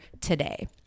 today